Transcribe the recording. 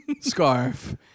scarf